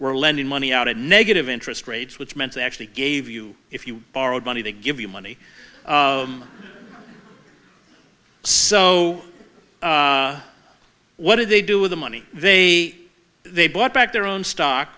were lending money out of negative interest rates which meant they actually gave you if you borrowed money they give you money so what did they do with the money they they bought back their own stock